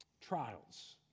trials